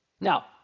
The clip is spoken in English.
Now